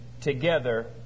together